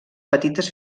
petites